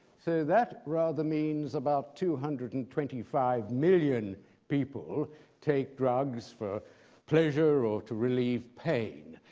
so that rather means about two hundred and twenty five million people take drugs for pleasure or to relieve pain.